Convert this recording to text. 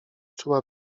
czuła